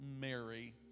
Mary